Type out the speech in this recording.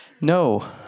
No